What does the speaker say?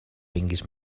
vingues